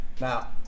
now